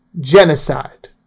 genocide